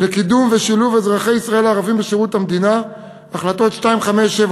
לקידום ושילוב של אזרחי ישראל הערבים בשירות המדינה: החלטות 2579,